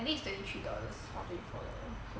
I think it's twenty three dollars or twenty four dollars